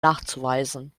nachzuweisen